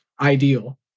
ideal